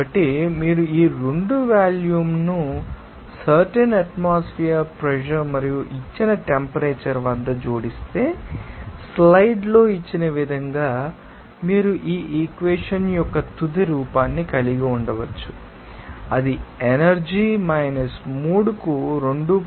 కాబట్టి మీరు ఈ 2 వాల్యూమ్ను సర్టెన్ అట్మాస్ఫెర్ ప్రెషర్ మరియు ఇచ్చిన టెంపరేచర్ వద్ద జోడిస్తే స్లైడ్లో ఇచ్చిన విధంగా మీరు ఈ ఈక్వెషన్ యొక్క తుది రూపాన్ని కలిగి ఉండవచ్చు అది ఎనర్జీ మైనస్ 3 కు 2